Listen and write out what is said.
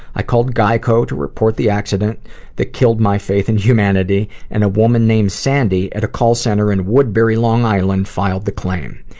i called geico to report the accident that killed my faith in humanity and a woman named sandy at a call center in woodbury, long island, filed the claim.